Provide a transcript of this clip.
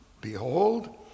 Behold